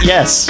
Yes